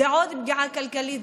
זו עוד פגיעה כלכלית,